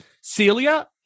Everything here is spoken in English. Celia